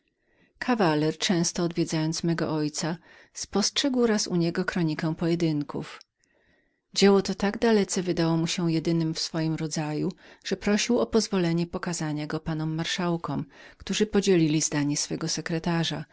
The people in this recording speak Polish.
kawaler często odwiedzając mego ojca spostrzegł raz u niego kronikę pojedynków dzieło to tak dalece wydało mu się jedynem w swoim rodzaju że prosił o pozwolenie pokazania go panom marszałkom którzy podzielili zdanie ich sekretarza